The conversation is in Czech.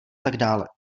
atd